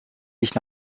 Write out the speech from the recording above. dich